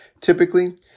Typically